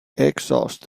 exhaust